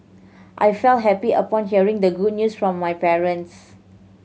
I felt happy upon hearing the good news from my parents